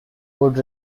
would